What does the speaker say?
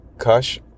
Kush